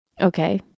Okay